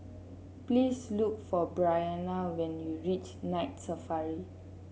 please look for Bryanna when you reach Night Safari